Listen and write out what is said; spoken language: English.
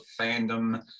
fandom